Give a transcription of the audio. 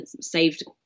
saved